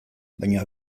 baina